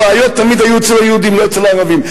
הבעיות תמיד היו אצל היהודים, לא אצל הערבים.